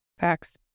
Facts